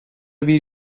bir